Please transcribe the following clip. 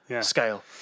scale